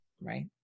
Right